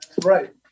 Right